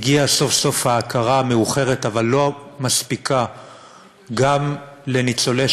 הגיעה סוף-סוף ההכרה המאוחרת אבל לא מספיקה גם בניצולי